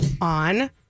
on